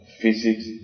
physics